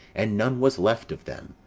and none was left of them,